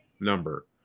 number